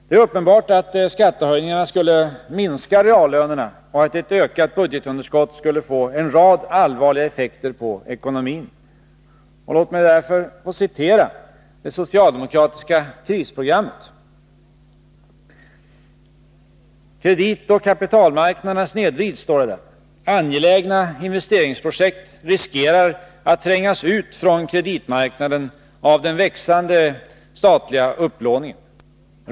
Det är uppenbart att skattehöjningarna skulle minska reallönerna och att ett ökat budgetunderskott skulle få en rad allvarliga effekter på ekonomin. Låt mig citera det socialdemokratiska krisprogrammet: ”Kreditoch kapitalmarknaderna snedvrids. Angelägna investeringsprojekt riskerar att trängas ut från kreditmarknaden av den växande statliga upplåningen.